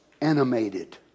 animated